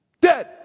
Dead